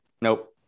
Nope